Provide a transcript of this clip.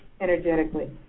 energetically